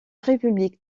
république